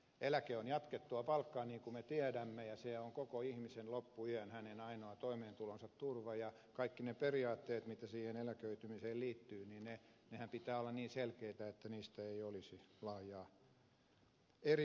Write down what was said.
eläke on jatkettua palkkaa niin kuin me tiedämme ja se on koko ihmisen loppuiän hänen ainoa toimeentulonsa turva ja kaikkien niiden periaatteiden mitä siihen eläköitymiseen liittyy pitää olla niin selkeitä että niistä ei olisi laajaa erimielisyyttä